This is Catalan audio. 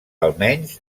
almenys